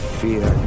fear